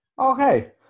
Okay